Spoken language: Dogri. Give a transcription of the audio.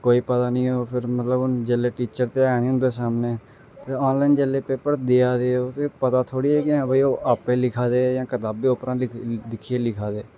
कोई पता निं ओह् फिर जेल्लै मतलब टीचर ते ऐ नी उं'दे सामनै ते आनलाइन जिसलै पेपर देआ दे ओह् ते पता थोह्ड़ी ऐ कि हां भाई ओह् आपै लिखै दे जां कताबै उप्परा लिखा दिक्खियै लिखा दे